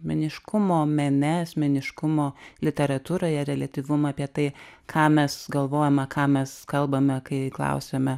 meniškumo mene asmeniškumo literatūroje reliatyvumą apie tai ką mes galvojame ką mes kalbame kai klausiame